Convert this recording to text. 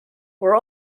were